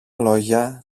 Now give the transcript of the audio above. λόγια